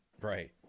right